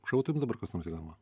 šautų jum dabar kas nors į galvą